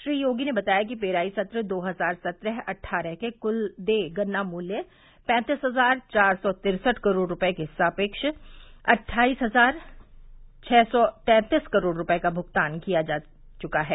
श्री योगी ने बताया कि पेराई सत्र दो हजार सत्रह अट्ठारह के कल देय गन्ना मूल्य पैंतीस हजार चार सौ तिरसठ करोड़ रूपये के सापेव अट्ठाइस हजार छह सौ तैतीस करोड़ रूपये का भुगतान किया जा चुका है